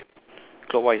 okay okay